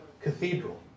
cathedral